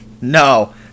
no